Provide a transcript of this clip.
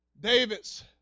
David's